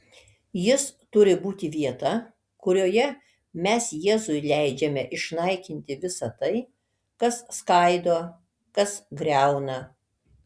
jis turi būti vieta kurioje mes jėzui leidžiame išnaikinti visa tai kas skaido kas griauna